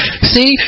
See